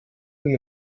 den